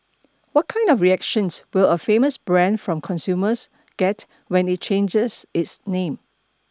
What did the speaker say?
what kind of reactions will a famous brand from consumers get when it changes its name